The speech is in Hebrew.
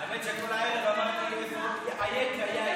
האמת שכל הערב, אייכה יאיר.